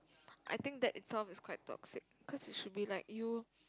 I think that itself is quite toxic cause you should be like you